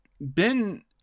Ben